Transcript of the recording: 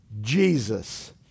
Jesus